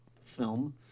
film